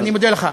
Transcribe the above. אני מודה לך.